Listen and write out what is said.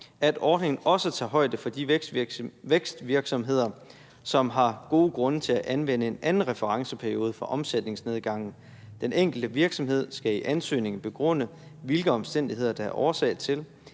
at ordningen også tager højde for de vækstvirksomheder, som har gode grunde til at anvende en anden referenceperiode for omsætningsnedgangen. Den enkelte virksomhed skal i ansøgningen begrunde, hvilke omstændigheder der er årsag til,